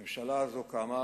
הממשלה הזאת קמה